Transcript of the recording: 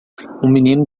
menino